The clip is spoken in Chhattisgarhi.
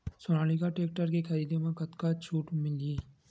सोनालिका टेक्टर के खरीदी मा कतका छूट मीलही?